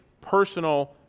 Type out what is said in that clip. personal